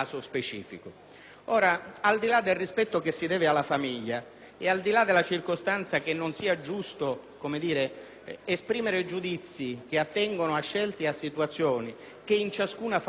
Al di là del rispetto umano che si deve alla famiglia e della circostanza che non sia giusto esprimere giudizi, che attengono a scelte e a situazioni che in ciascuna famiglia possono